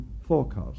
forecast